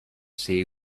see